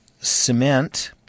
cement